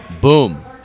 boom